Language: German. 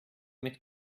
mit